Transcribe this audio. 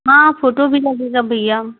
हाँ फोटो भी लगेगा भैया